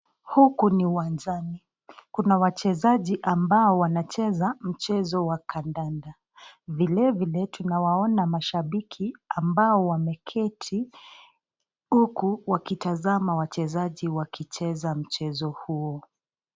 Huku ni uwanjani. Kuna wachezaji ambao wanacheza mchezo wa kandanda. Vile vile tunawaona mashabiki ambao wameketi huku wakitazama wachezaji wakicheza mchezo huo.